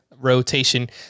rotation